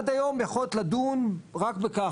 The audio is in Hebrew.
עד היום יכולת לדון רק בכך.